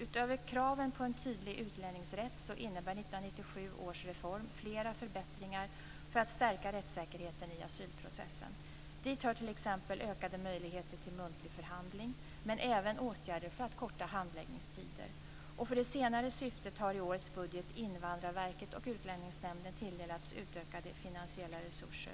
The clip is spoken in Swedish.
Utöver kraven på en tydlig utlänningsrätt innebar 1997 års reform flera förbättringar för att stärka rättssäkerheten i asylprocessen. Dit hör t.ex. ökade möjligheter till muntlig förhandling men även åtgärder för kortare handläggningstider. För det senare syftet har i årets budget Invandrarverket och Utlänningsnämnden tilldelats utökade finansiella resurser.